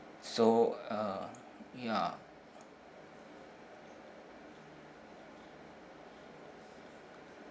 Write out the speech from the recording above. so uh ya